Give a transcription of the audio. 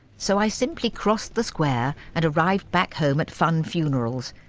so i simply crossed the square and arrived back home at funn funerals.